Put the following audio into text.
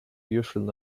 usually